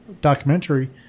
documentary